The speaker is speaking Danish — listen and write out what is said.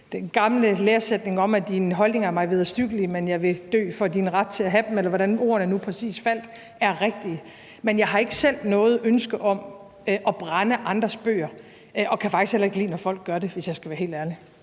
Den gamle læresætning om, at dine holdninger er mig vederstyggelige, men jeg vil dø for din ret til at have dem, eller hvordan ordene nu faldt præcist, er rigtig. Men jeg har ikke selv noget ønske om at brænde andres bøger, og jeg kan faktisk heller ikke lide det, når folk gør det, hvis jeg skal være helt ærlig.